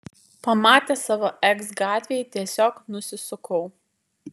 pamatęs savo eks gatvėj tiesiog nusisukau